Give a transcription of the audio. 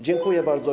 Dziękuję bardzo.